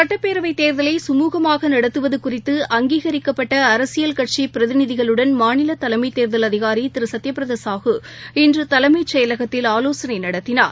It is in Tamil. சட்டப்பேரவைத் தேர்தலை சுமூகமாகநடத்துவதுகுறித்து அங்கீகரிக்கப்பட்டஅரசியல்கட்சிபிரதிநிதிகளுடன் மாநிலதலைமத்தேர்தல் அதிகாரிதிருசத்யபிரதாஹூ இன்றுதலைமைச்செயலகத்தில் ஆலோசனைநடத்தினார்